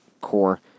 core